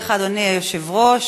אדוני היושב-ראש,